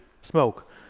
smoke